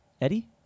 Eddie